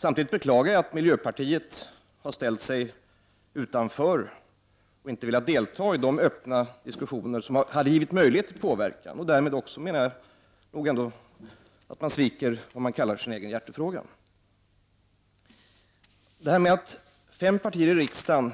Samtidigt beklagar jag att miljöpartiet ställt sig utanför och inte velat delta i de öppna diskussioner som hade givit möjlighet till påverkan. Därmed menar jag att de sviker vad de kallar sin egen hjärtefråga. Att fem partier i riksdagen